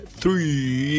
three